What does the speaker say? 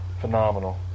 phenomenal